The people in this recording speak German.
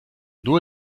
nur